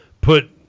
put